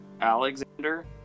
Alexander